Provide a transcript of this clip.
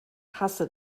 hasse